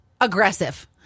aggressive